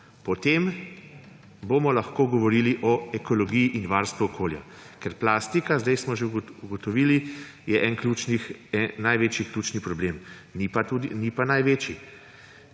potem bomo lahko govorili o ekologijo in varstvu okolja. Ker plastika, zdaj smo že ugotovili, je eden največjih ključih problemov, ni pa največji.